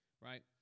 right